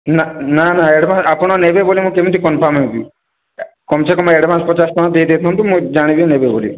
ନା ନା ନା ଆଡ଼ଭାନ୍ସ ଆପଣ ନେବେ ବୋଲି ମୁଁ କେମିତି କନଫର୍ମ ହେବି କମ ସେ କମ ଆଡ଼ଭାନ୍ସ ପଚାଶ ଟଙ୍କା ଦେଇ ଦେଇଥା'ନ୍ତୁ ମୁଁ ଜାଣିବି ନେବେ ବୋଲି